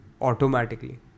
automatically